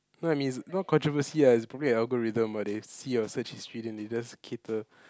no I mean is not controversy ah is probably a algorithm but they see your search history then they just cater